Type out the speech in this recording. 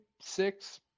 six